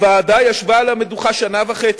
הוועדה ישבה על המדוכה שנה וחצי.